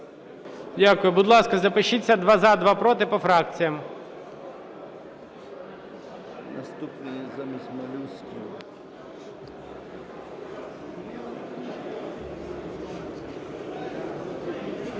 Дякую. Будь ласка, запишіться: два – за, два – проти по фракціях.